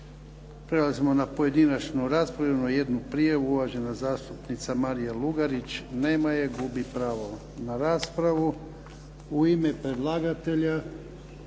Prelazimo na pojedinačnu raspravu. Imamo jednu prijavu, uvažena zastupnica Marija Lugarić. Nema je. Gubi pravo na raspravu. U ime predlagatelja